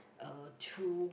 uh through